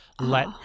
let